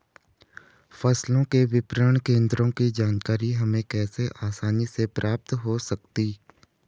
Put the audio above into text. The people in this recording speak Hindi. फसलों के विपणन केंद्रों की जानकारी हमें कैसे आसानी से प्राप्त हो सकती?